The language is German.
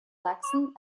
sachsen